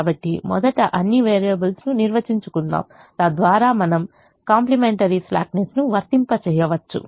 కాబట్టి మొదట అన్ని వేరియబుల్స్ ను నిర్వచించుకుందాం తద్వారా మనం కాంప్లిమెంటరీ స్లాక్నెస్ను వర్తింపజేయవచ్చు